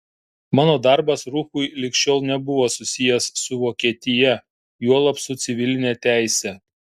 mano darbas rufui lig šiol nebuvo susijęs su vokietija juolab su civiline teise